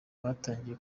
batangiye